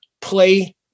play